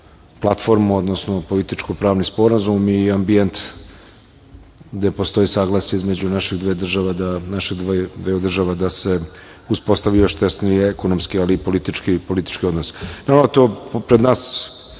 platformu, odnosno političko pravni sporazum i ambijent gde postoje saglasje između naših država, naših dveju država da se uspostave još tesnije, ekonomski, ali i politički odnos.